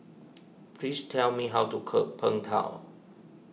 please tell me how to cook Png Tao